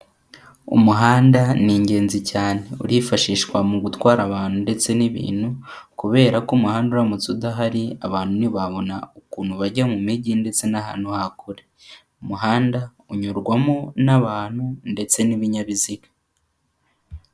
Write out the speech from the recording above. Umuhanda ni ingenzi cyane urifashishwa mu gutwara abantu ndetse n'ibintu kubera ko umuhanda uramutse udahari abantu ntibabona ukuntu bajya mu mijyi ndetse n'ahantu hakure. umuhanda unyurwamo n'abantu ndetse n'ibinyabiziga.